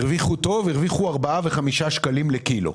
הרוויחו ארבעה וחמישה שקלים לקילוגרם,